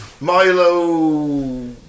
Milo